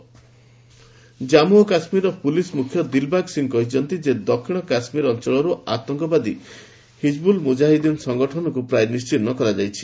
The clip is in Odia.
ଜେକେ ପୁଲିସ୍ ଚିପ୍ ଜାନ୍ମୁ ଓ କାଶ୍ମୀରର ପୁଲିସ୍ ମୁଖ୍ୟ ଦିଲବାଗ ସିଂହ କହିଛନ୍ତି ଯେ ଦକ୍ଷିଣ କାଶ୍ମୀର ଅଞ୍ଚଳରୁ ଆତଙ୍କବାଦୀ ହିଜବୁଲ ମୁଜାହିଦ୍ଦିନ ସଂଗଠନକୁ ପ୍ରାୟ ନିଶ୍ଚିହ୍ନ କରାଯାଇଛି